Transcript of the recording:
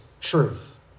truth